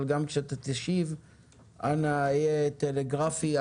גם כשאתה תשיב אנא תהיה טלגרפי.